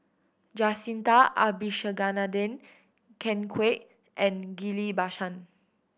Jacintha Abisheganaden Ken Kwek and Ghillie Bassan